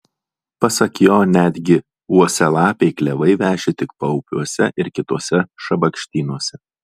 pasak jo netgi uosialapiai klevai veši tik paupiuose ir kituose šabakštynuose